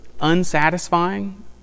unsatisfying